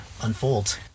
unfolds